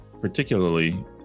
particularly